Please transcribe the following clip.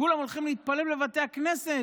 כולם הולכים להתפלל בבתי הכנסת.